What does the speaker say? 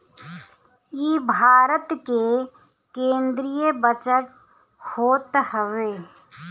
इ भारत के केंद्रीय बजट होत हवे